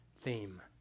theme